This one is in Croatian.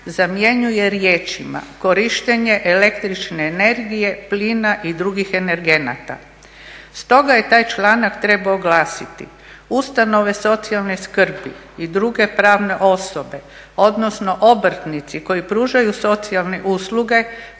zamjenjuje riječima korištenje el.energije, plina i drugih energenata. Stoga je taj članak trebao glasiti: "ustanove socijalne skrbi i druge pravne osobe odnosno obrntnici koji pružaju socijalne usluge,